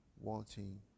Wanting